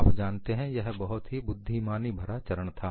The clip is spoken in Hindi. आप जानते हैं यह बहुत ही बुद्धिमानी भरा चरण था